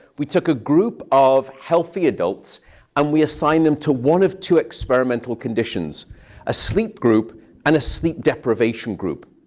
we took a group of healthy adults and we assigned them to one of two experimental conditions a sleep group and a sleep deprivation group.